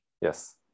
Yes